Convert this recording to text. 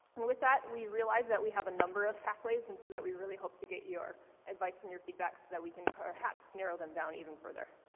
and with that, we realize we have a number of pathways and so that we really hope to get your advice and your feedback so that we can perhaps narrow them down even further.